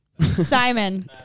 Simon